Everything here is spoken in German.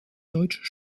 deutscher